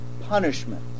punishment